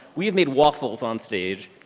we have made waffles on stage.